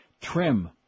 trim